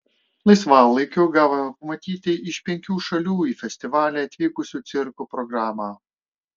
laisvalaikiu gavome pamatyti iš penkių šalių į festivalį atvykusių cirkų programą